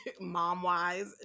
mom-wise